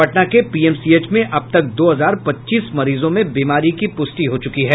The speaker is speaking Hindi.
पटना के पीएमसीएच में अब तक दो हजार पच्चीस मरीजों में बीमारी की पुष्टि हो चुकी है